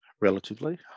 relatively